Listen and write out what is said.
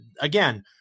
again